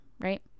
right